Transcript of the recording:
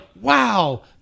wow